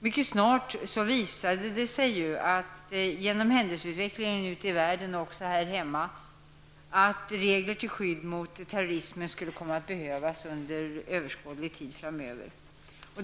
Mycket snart visade det sig genom händelseutvecklingen ute i världen och här hemma att regler till skydd mot terrorism skulle komma att behövas under överskådlig tid framöver.